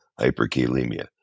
hyperkalemia